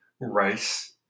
rice